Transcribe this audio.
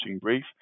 brief